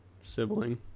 Sibling